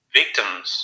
victims